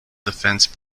defence